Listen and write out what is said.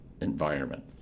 environment